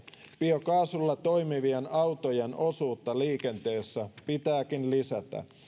biokaasulla toimivien autojen osuutta liikenteessä pitääkin lisätä